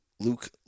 Luke